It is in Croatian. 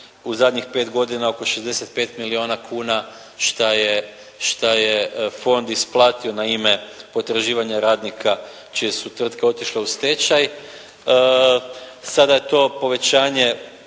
u zadnjih 5 godina oko 65 milijuna kuna šta je fond isplatio na ime potraživanja radnika čije su tvrtke otišle u stečaj. Sada je to povećanje